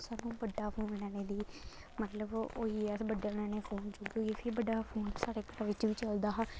सानूं बड्डा फोन लैने दी मतलब होई अस बड्डा लैने फोन जरूरत होई फ्ही बड्डा फोन साढ़े घर बिच्च बी चलदा हा